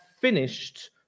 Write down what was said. finished